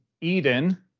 Eden